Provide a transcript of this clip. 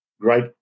great